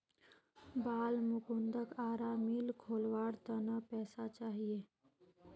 बालमुकुंदक आरा मिल खोलवार त न पैसा चाहिए